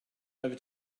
over